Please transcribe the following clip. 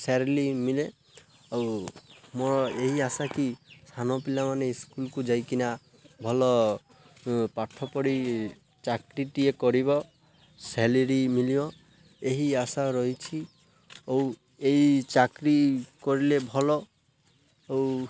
salary ମଳେ ଆଉ ମୋ ଏହି ଆଶା କିି ସାନ ପିଲାମାନେ ସ୍କୁଲ୍କୁ ଯାଇକିନା ଭଲ ପାଠ ପଢ଼ି ଚାକିରିଟିଏ କରିବ ସାଲେରୀ ମଲିବ ଏହି ଆଶା ରହିଛି ଆଉ ଏଇ ଚାକିରି କରିଲେ ଭଲ ଆଉ